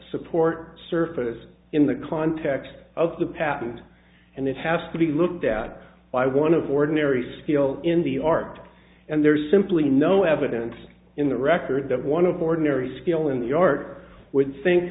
support surface in the context of the patent and it has to be looked at by one of ordinary skill in the art and there's simply no evidence in the record that one of ordinary skill in the art would think